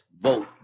vote